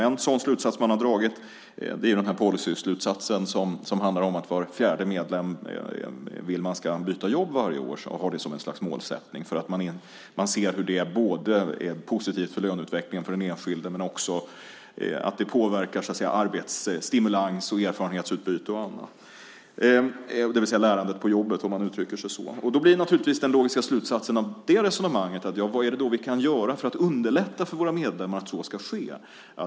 En slutsats som man har dragit är policyslutsatsen att var fjärde medlem ska byta jobb varje år. Det har man som en målsättning, för man ser att det är positivt både för löneutvecklingen för den enskilde och för att det påverkar arbetsstimulans och erfarenhetsutbyte, det vill säga lärandet på jobbet. Som en följd av det resonemanget börjar man fråga sig vad man kan göra för medlemmarna för att detta ska ske.